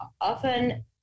often